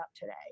today